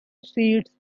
seats